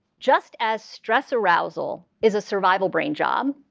just as stress arousal is a survival brain job,